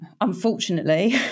unfortunately